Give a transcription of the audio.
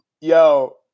yo